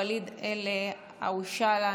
ואליד אלהואשלה,